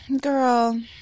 girl